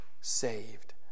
saved